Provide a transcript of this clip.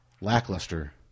lackluster